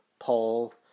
Paul